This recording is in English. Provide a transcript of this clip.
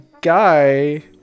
guy